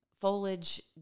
foliage